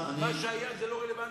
מה שהיה זה לא רלוונטי.